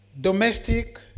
domestic